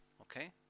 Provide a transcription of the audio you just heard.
Okay